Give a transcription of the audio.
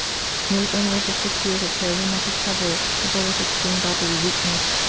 and it was only after six years of terrible mental trouble, coupled with extreme bodily weakness,